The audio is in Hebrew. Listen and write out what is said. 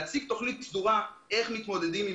אני מציע להציג תוכנית סדורה איך מתמודדים עם